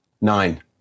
Nine